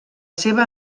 seva